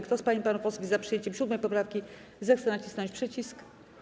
Kto z pań i panów posłów jest za przyjęciem 7. poprawki, zechce nacisnąć przycisk.